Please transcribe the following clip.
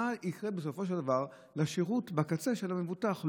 זה מה יקרה בסופו של דבר לשירות הקצה למבוטח,